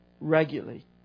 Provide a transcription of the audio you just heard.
regularly